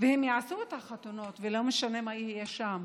הם הרי יעשו את החתונות ולא משנה מה יהיה שם.